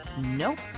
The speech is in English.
Nope